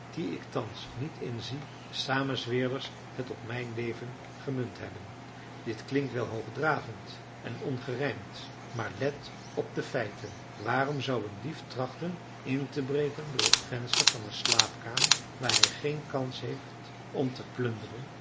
die ik thans niet inzie de samenzweerders het op mijn leven gemunt hebben dit klinkt wel hoogdravend en ongerijmd maar let op de feiten waarom zou een dief trachten in te breken door het venster van een slaapkamer waar hij geen kans heeft om te plunderen